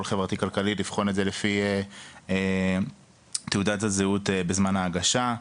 חברתי-כלכלי לבחון לפי תעודת הזהות בזמן ההגשה.